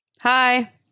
Hi